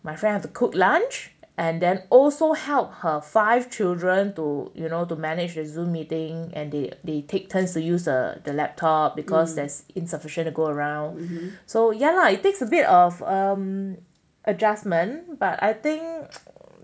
my friend have to cook lunch and then also help her five children too you know to manage the Zoom meeting and they they take turns to use the the laptop because there's insufficient to go around so ya lah it takes a bit of um adjustment but I think